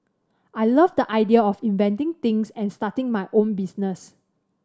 I love the idea of inventing things and starting my own business